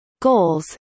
Goals